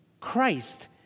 Christ